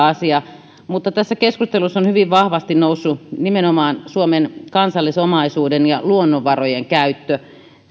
asia mutta tässä keskustelussa on hyvin vahvasti noussut nimenomaan suomen kansallisomaisuuden ja luonnonvarojen käyttö